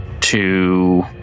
to-